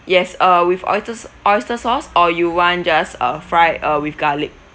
yes uh with oyster s~ oyster sauce or you want just uh fry uh with garlic